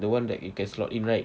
the [one] that you can slot in right